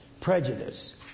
prejudice